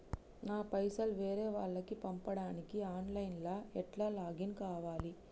నా పైసల్ వేరే వాళ్లకి పంపడానికి ఆన్ లైన్ లా ఎట్ల లాగిన్ కావాలి?